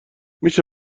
میشه